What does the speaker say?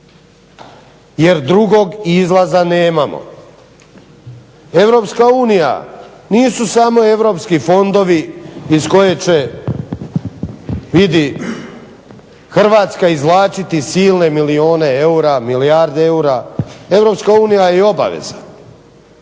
jer drugog izlaza nemamo. Europska unija nisu samo europski fondovi iz koje će Hrvatska izvlačiti silne milijune eura, milijarde eura. Europska unija je i obaveza,